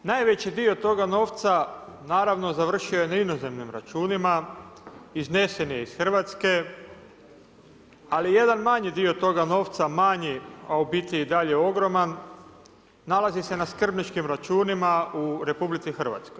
Najveći dio toga novca naravno završio je na inozemnim računima, iznesen je iz Hrvatske, ali jedan manji dio toga novca, manji a u biti i dalje ogroman, nalazi se na skrbničkim računima u RH.